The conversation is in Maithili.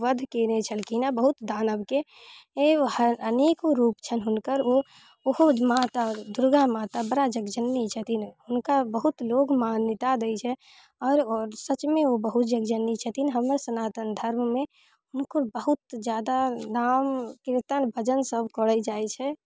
वध केने छलखिन हेँ बहुत दानवके अनेक रूप छैन्ह हुनकर ओहो माता दुर्गा माता बड़ा जग जननी छथिन हुनका बहुत लोग मान्यता दै छैन्ह और सचमे ओ बहुत जग जननी छथिन हमर सनातन धर्ममे हुनकर बहुत ज्यादा नामके कीर्तन भजन सभ करै जाइ छै